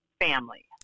family